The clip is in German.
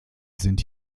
sind